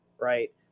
right